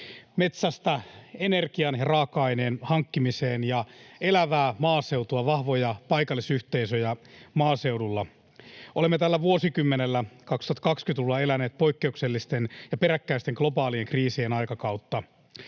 metsästä energian raaka-aineen hankkimiseen ja elävää maaseutua, vahvoja paikallisyhteisöjä maaseudulla. Olemme tällä vuosikymmenellä, 2020-luvulla, eläneet poikkeuksellisten ja peräkkäisten globaalien kriisien aikakautta.